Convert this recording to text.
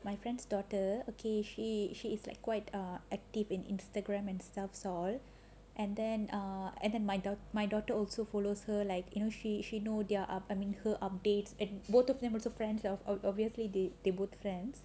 my friend's daughter okay she she is like quite err active in Instagram and stuff so and then err and then my dau~ my daughter also follows her like you know she she know their upcoming her updates and both of them also friends of obviously they they both friends